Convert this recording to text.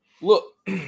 look